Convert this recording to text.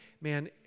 man